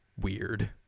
weird